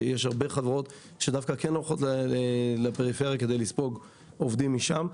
יש הרבה חברות שכן הולכות לפריפריה כדי לספוג עובדים משם,